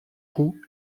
roues